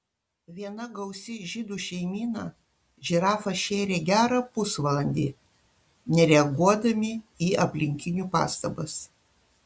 viena gausi žydų šeimyna žirafą šėrė gerą pusvalandį nereaguodami į aplinkinių pastabas